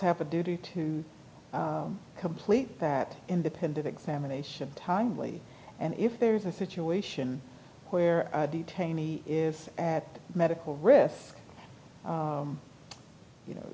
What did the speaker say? happened due to complete that independent examination timely and if there is a situation where a detainee if at medical risk you know